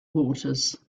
waters